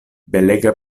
belega